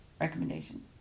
recommendation